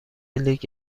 لیگ